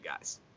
guys